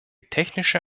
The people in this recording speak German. technische